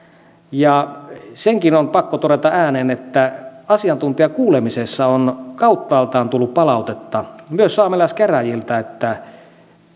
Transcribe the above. ja sekin on pakko todeta ääneen että asiantuntijakuulemisessa on kauttaaltaan tullut palautetta myös saamelaiskäräjiltä että